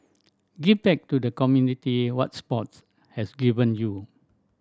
give back to the community what sports has given you